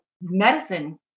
medicine